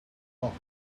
box